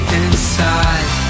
inside